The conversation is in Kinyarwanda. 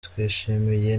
twishimiye